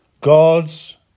God's